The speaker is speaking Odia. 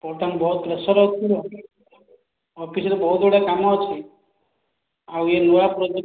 ବର୍ତ୍ତମାନ ବହୁତ ପ୍ରେସର୍ ଅଛି ଅଫିସ୍ରେ ବହୁତଗୁଡ଼େ କାମ ଅଛି ଆଉ ଏ ନୂଆଁ ପ୍ରୋଜେକ୍ଟ